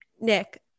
Nick